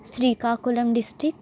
Srikakulam district